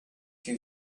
you